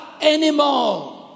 anymore